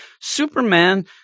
superman